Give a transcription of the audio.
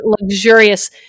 luxurious